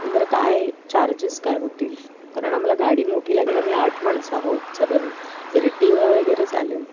बरं काय चार्जेस काय होतील कारण आम्हाला गाडी मोठी लागेल आम्ही आठ माणसं आहोत साधारण इरटीगा वगैरे चालेल